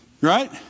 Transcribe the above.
Right